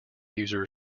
user